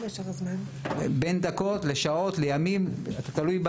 בין דקות לשעות לימים, תלוי,